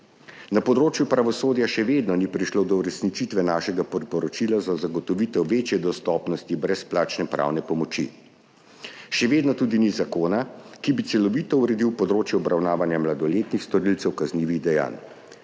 Na področju pravosodja še vedno ni prišlo do uresničitve našega priporočila za zagotovitev večje dostopnosti brezplačne pravne pomoči. Še vedno tudi ni zakona, ki bi celovito uredil področje obravnavanja mladoletnih storilcev kaznivih dejanj.